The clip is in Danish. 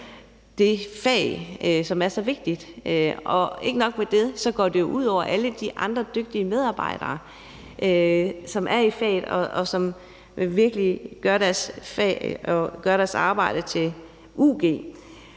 det fag, som er så vigtigt. Og ikke nok med det går det jo ud over alle de andre dygtige medarbejdere, som er i faget, og som virkelig gør deres arbejde til ug.